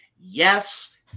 Yes